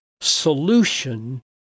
solution